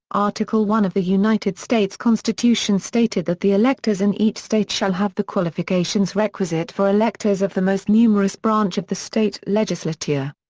article one of the united states constitution stated that the electors in each state shall have the qualifications requisite for electors of the most numerous branch of the state legislature.